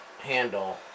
handle